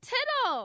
Tittle